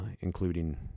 including